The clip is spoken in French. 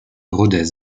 rodez